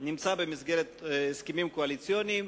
מעלה נמצא במסגרת ההסכמים הקואליציוניים,